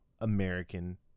American